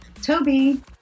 Toby